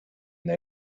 they